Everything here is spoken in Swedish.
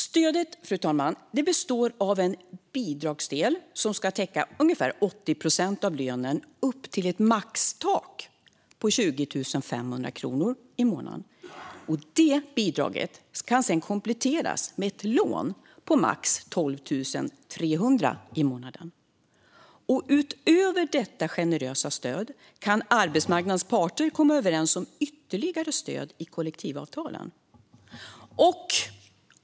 Stödet består av en bidragsdel som ska täcka ungefär 80 procent av lönen upp till ett maxtak på 20 500 kronor i månaden. Bidraget kan kompletteras med ett lån på max 12 300 kronor i månaden. Utöver detta generösa stöd kan arbetsmarknadens parter komma överens om ytterligare stöd i kollektivavtalen.